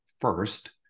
first